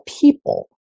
people